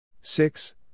six